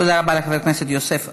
תודה רבה לחבר הכנסת יוסף עטאונה.